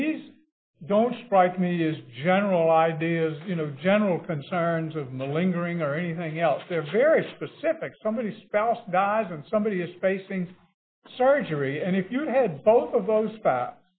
these don't strike me as general ideas you know general concerns of no lingering or anything else they're very specific somebody spouse dies and somebody spacings surgery and if you had both of those